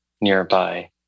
nearby